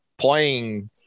playing